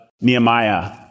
Nehemiah